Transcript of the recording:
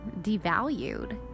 devalued